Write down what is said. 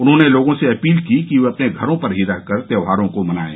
उन्होंने लोगों से अपील की कि वे अपने घरों पर ही रहकर त्यौहारों को मनाये